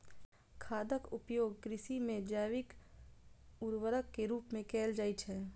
खादक उपयोग कृषि मे जैविक उर्वरक के रूप मे कैल जाइ छै